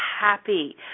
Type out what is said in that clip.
happy